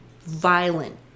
violent